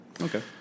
Okay